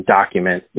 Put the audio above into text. document